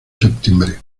septiembre